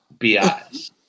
bi's